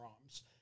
arms